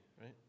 right